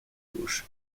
gauche